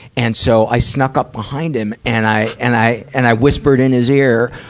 and so, i snuck up behind him, and i, and i, and i whispered in his ear,